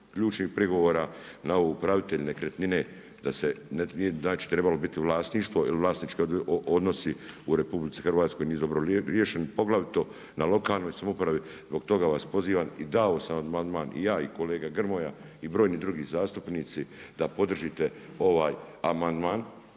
ključnih prigovora na ovo upravitelja nekretnine da se znači trebalo biti vlasništvo, jer vlasnički odnosi u RH nisu dobro riješeni, poglavito na lokalnoj samoupravi, zbog toga vas pozivam i dao sam amandman i ja i kolega Grmoja, i brojni drugi zastupnici da podržite ovaj amandman,